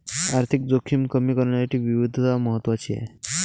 आर्थिक जोखीम कमी करण्यासाठी विविधता महत्वाची आहे